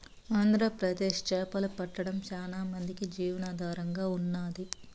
ఆంధ్రప్రదేశ్ చేపలు పట్టడం చానా మందికి జీవనాధారంగా ఉన్నాది